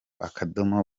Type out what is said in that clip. akadomo